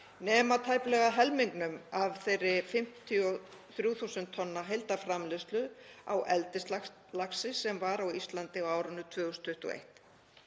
nema tæplega helmingnum af þeirri 53.000 tonna heildarframleiðslu á eldislaxi sem var á Íslandi á árinu 2021.